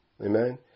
Amen